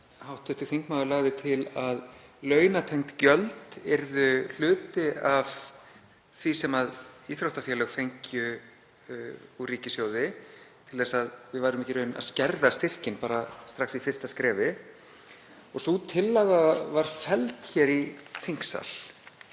þegar hv. þingmaður lagði til að launatengd gjöld yrðu hluti af því sem íþróttafélög fengju úr ríkissjóði til þess að við værum ekki að skerða styrkinn strax í fyrsta skrefi. Sú tillaga var felld hér í þingsal.